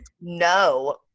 No